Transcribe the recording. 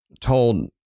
told